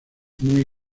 muy